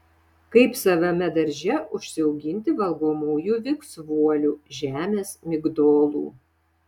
kaip savame darže užsiauginti valgomųjų viksvuolių žemės migdolų